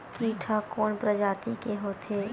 कीट ह कोन प्रजाति के होथे?